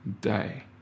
day